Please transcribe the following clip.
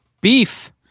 beef